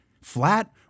Flat